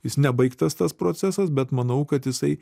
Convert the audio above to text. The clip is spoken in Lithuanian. jis nebaigtas tas procesas bet manau kad jisai